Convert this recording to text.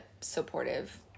supportive